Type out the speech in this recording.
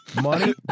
Money